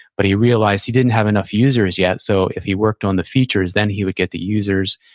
but he realized he didn't have enough users yet, so if he worked on the features, then he would get the users,